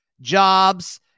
jobs